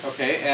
Okay